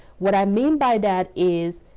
what i mean by that is,